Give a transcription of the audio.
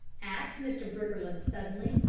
asked mr. briggerland suddenly.